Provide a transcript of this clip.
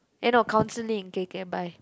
eh no counselling k k bye